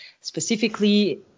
specifically